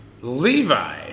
Levi